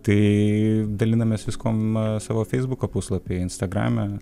tai dalinamės viskuom savo feisbuko puslapy instagrame